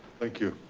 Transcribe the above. thank you.